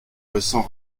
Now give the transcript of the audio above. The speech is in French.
récent